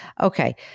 Okay